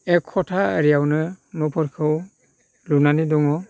एक कथा आरियावनो न'फोरखौ लुनानै दङ